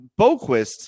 Boquist